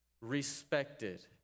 respected